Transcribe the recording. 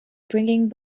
bringing